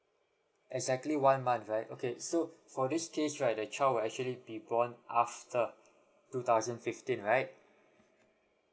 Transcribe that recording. exactly one month right okay so for this case right the child will actually be born after two thousand fifteen right